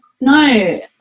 No